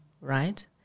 right